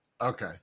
Okay